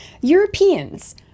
Europeans